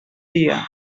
dia